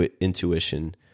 intuition